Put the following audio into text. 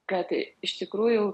kad iš tikrųjų